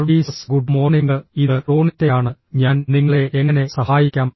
services good morning ഇത് റോണിറ്റയാണ് ഞാൻ നിങ്ങളെ എങ്ങനെ സഹായിക്കാം